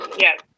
Yes